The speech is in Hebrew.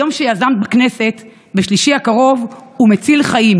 היום שיזמת בכנסת בשלישי הקרוב הוא מציל חיים,